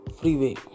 freeway